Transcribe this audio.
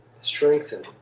strengthen